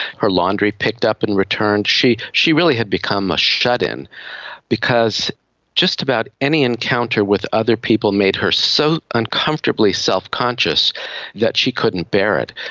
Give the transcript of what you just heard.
her laundry picked up and returned. she she really had become a shut-in because just about any encounter with other people made her so uncomfortably self-conscious that she couldn't bear it.